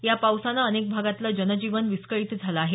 या पावसानं अनेक भागातलं जनजीवन विस्कळीत झालं आहे